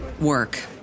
work